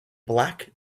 black